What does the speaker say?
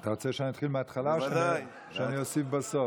אתה רוצה שאני אתחיל מהתחלה או שאני אוסיף בסוף?